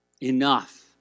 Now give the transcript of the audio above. Enough